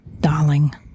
Darling